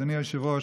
אדוני היושב-ראש,